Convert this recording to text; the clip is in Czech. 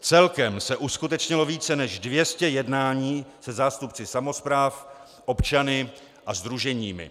Celkem se uskutečnilo více než 200 jednání se zástupci samospráv, občany a sdruženími.